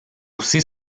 aussi